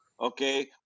Okay